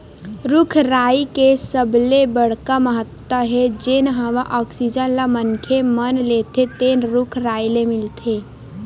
रूख राई के सबले बड़का महत्ता हे जेन हवा आक्सीजन ल मनखे मन लेथे तेन रूख राई ले मिलथे